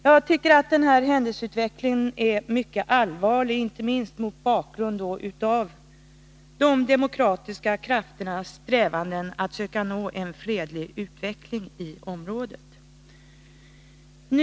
Jag tycker att denna händelseutveckling är mycket allvarlig, inte minst mot bakgrund av de demokratiska krafternas strävanden att söka nå en fredlig utveckling i området.